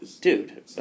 dude